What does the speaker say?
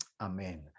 Amen